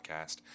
podcast